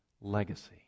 legacy